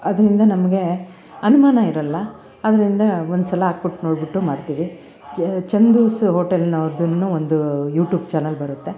ಅದರಿಂದ ನಮಗೆ ಅನುಮಾನ ಇರಲ್ಲ ಆದ್ದರಿಂದ ಒಂದ್ಸಲ ಹಾಕ್ಬುಟ್ ನೋಡಿಬಿಟ್ಟು ಮಾಡ್ತೀವಿ ಚಂದೂಸ್ ಹೋಟಲ್ನವರ್ದುನು ಒಂದು ಯೂಟ್ಯೂಬ್ ಚಾನಲ್ ಬರುತ್ತೆ